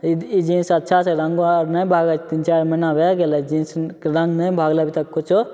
ई jeans अच्छा छै रङ्गो आओर नहि भागै छै तीन चारि महिना भै गेलै जीन्सके रङ्ग नहि भागलै अभी तक किछु